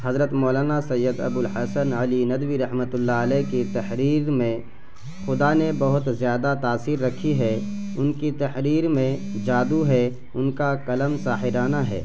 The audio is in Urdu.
حضرت مولانا سید ابوالحسن علی ندوی رحمۃ اللہ علیہ کی تحریر میں خدا نے بہت زیادہ تاثیر رکھی ہے ان کی تحریر میں جادو ہے ان کا قلم ساحرانہ ہے